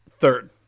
Third